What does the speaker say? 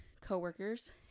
coworkers